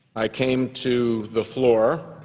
i came to the floor